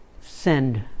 Send